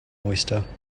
oyster